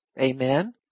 Amen